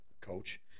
coach